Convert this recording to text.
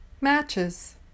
Matches